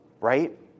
Right